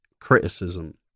criticism